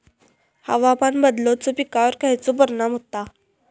हवामान बदलाचो पिकावर खयचो परिणाम होता?